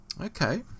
Okay